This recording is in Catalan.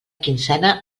quinzena